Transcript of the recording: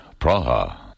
Praha